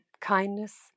kindness